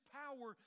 power